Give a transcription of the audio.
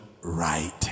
right